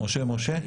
משה משה?